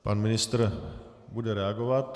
Pan ministr bude reagovat.